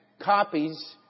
copies